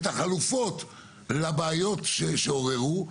את החלופות לבעיות שעוררו,